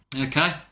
Okay